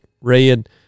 Red